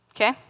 Okay